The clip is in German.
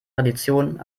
tradition